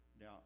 Now